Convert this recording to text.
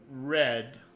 red